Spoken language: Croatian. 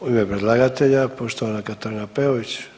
U ime predlagatelja, poštovana Katarina Peović.